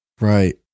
Right